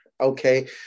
Okay